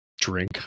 drink